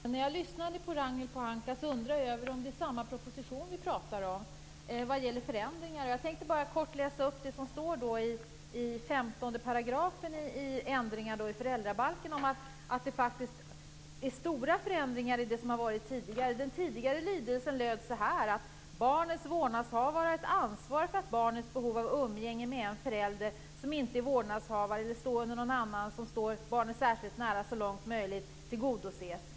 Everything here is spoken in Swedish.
Herr talman! När jag lyssnade på Ragnhild Pohanka undrade jag om vi talar om samma proposition när det gäller förändringar. Jag vill kort läsa upp vad som står i 15 § i ändringar i föräldrabalken om att det faktiskt är stora förändringar jämfört med det som varit tidigare. Den tidigare lydelsen var: Barnets vårdnadshavare har ett ansvar för att barnets behov av umgänge med en förälder som inte är vårdnadshavare eller någon annan som står barnet särskilt nära så långt möjligt tillgodoses.